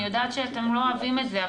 אני יודעת שאתם לא אוהבים את זה,